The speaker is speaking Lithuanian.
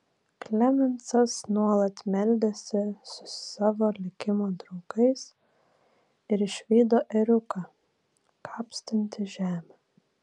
klemensas nuolat meldėsi su savo likimo draugais ir išvydo ėriuką kapstantį žemę